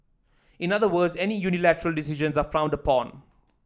in other words any unilateral decisions are frowned upon